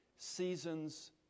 seasons